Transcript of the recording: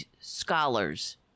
scholars